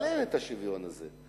אבל אין השוויון הזה.